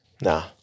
Nah